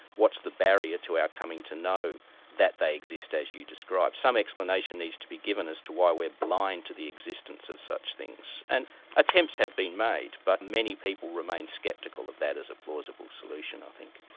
what's the barrier to our coming to know that they exist as you describe? some explanation needs to be given as to why we're blind to the existence of such things. and attempts have been made, but many people remain sceptical of that as a plausible solution, i think.